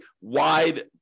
wide